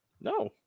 No